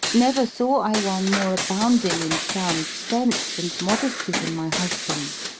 never saw i one more abounding in sound sense and modesty than my husband,